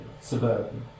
suburban